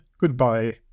goodbye